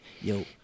yo